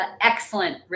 excellent